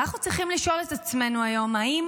ואנחנו צריכים לשאול את עצמנו היום: האם